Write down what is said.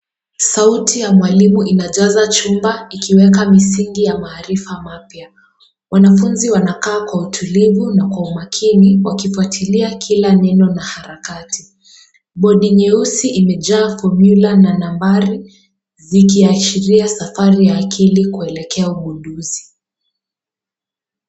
Sauti ya mwalimu inajaza chumba ikiweka misingi ya maarifa mapya. Wanafunzi wanakaa kwa utulivu na kwa umakini, wakifuatilia kila neno na harakati. Bodi nyeusi imejaa fomula na nambari, zikiashiria safari ya akili kuelekea ugunduzi.